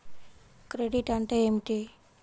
Credit అంటే ఏమిటి?